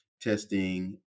testing